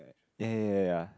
ya ya ya ya ya